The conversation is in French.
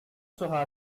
sera